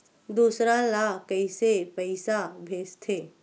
दूसरा ला कइसे पईसा भेजथे?